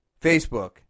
Facebook